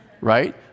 right